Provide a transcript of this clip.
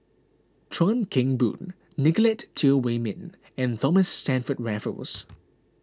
Chuan Keng Boon Nicolette Teo Wei Min and Thomas Stamford Raffles